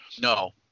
No